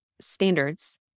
standards